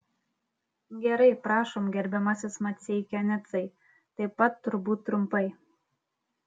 gerai prašom gerbiamas maceikianecai taip pat turbūt trumpai